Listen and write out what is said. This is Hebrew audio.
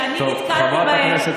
שאני נתקלתי בהם במסגרת החינוכית,